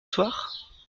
soir